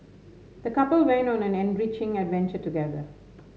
the couple went on an enriching adventure together